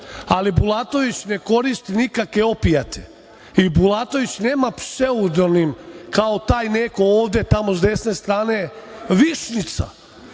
ali Bulatović ne koristi nikakve opijate i Bulatović nema pseudonim kao taj neko ovde, tamo sa desne strane, „višnjica“